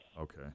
Okay